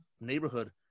neighborhood